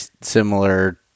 similar